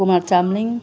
Kumar Chamling